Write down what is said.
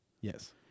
Yes